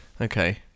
okay